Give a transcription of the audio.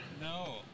No